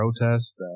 protest